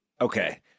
okay